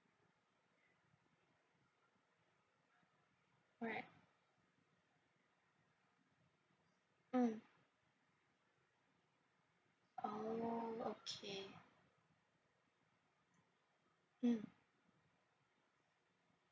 alright mm oo okay mm